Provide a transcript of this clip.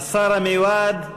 השר המיועד,